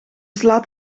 slaat